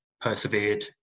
persevered